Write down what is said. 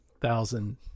thousand